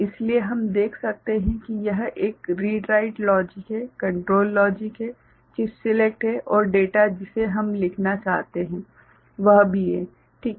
इसलिए हम देख सकते हैं कि यह एक रीड राइट लॉजिक है कंट्रोल लॉजिक है चिप सेलेक्ट है और डेटा जिसे हम लिखना चाहते हैं वह भी है ठीक है